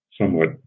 somewhat